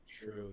True